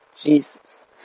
Jesus